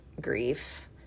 grief